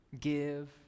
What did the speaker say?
give